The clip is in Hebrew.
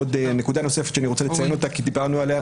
עוד נקודה נוספת שאני רוצה לציין אותה כי דיברנו עליה.